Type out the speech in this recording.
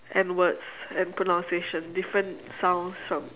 and words and pronunciation different sounds from